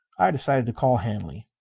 i decided to call hanley.